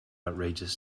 outrageous